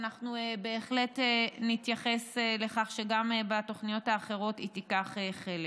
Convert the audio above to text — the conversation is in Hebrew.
ואנחנו בהחלט נתייחס לכך שגם בתוכניות האחרות היא תיקח חלק.